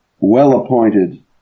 well-appointed